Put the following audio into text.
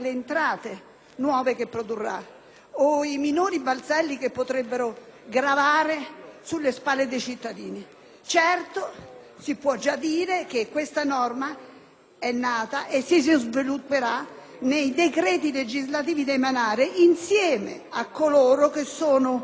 o i minori balzelli che potrebbero gravare sulle spalle dei cittadini. Certo, si può già dire che la norma è nata e si svilupperà nei decreti legislativi da emanare insieme a coloro che ne sono i principali destinatari.